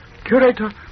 Curator